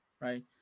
right